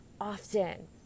often